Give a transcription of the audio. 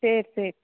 சேரி சேரி